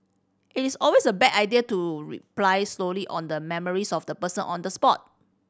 it is always a bad idea to reply solely on the memories of the person on the spot